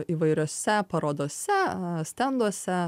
įvairiose parodose stenduose